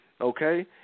okay